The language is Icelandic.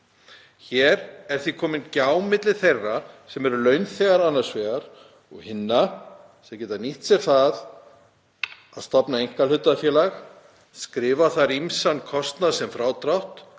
Hér er því komin gjá milli þeirra sem eru launþegar annars vegar og hinna sem geta nýtt sér það að stofna einkahlutafélag, skrifa þar ýmsan kostnað sem frádrátt,